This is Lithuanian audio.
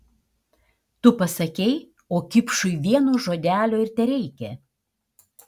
tu pasakei o kipšui vieno žodelio ir tereikia